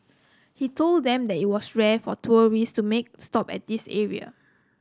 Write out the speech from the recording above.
he told them that it was rare for tourist to make a stop at this area